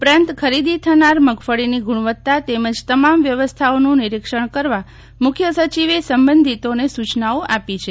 ઉપરાંત ખરીદી થનાર મગફળીની ગુણવત્તા તેમજ તમામ વ્યવસ્થાઓનું નિરીક્ષણ કરવા મુખ્ય સચિવે સંબંધિતોને સૂચનાઓ આપી છે